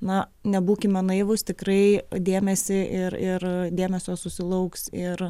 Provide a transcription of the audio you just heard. na nebūkime naivūs tikrai dėmesį ir ir dėmesio susilauks ir